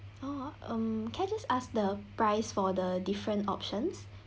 oh um can I just ask the price for the different options